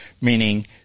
Meaning